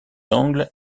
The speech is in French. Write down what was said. angles